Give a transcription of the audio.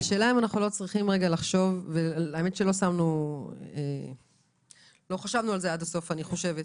אני חושבת שלא חשבנו על זה עד הסוף.